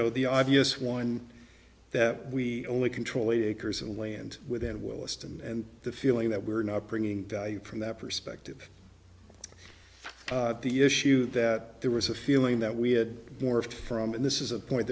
know the obvious one that we only control eighty acres of land within will list and the feeling that we're not bringing value from that perspective the issue that there was a feeling that we had morphed from and this is a point